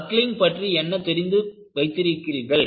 buckling பற்றி என்ன தெரிந்து வைத்திருக்கிறீர்கள்